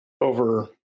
over